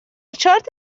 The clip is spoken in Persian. چارت